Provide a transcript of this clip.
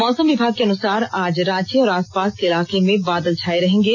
मौसम विभाग के अनुसार आज रांची और आसपास के इलाके में बादल छाये रहेंगे